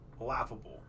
laughable